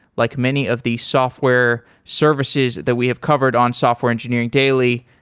like many of the software services that we have covered on software engineering daily,